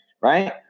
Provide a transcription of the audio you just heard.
right